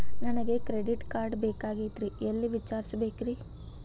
ನನಗೆ credit card ಬೇಕಾಗಿತ್ರಿ ಎಲ್ಲಿ ವಿಚಾರಿಸಬೇಕ್ರಿ?